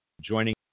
joining